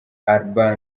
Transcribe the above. alba